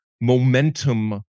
momentum